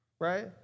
right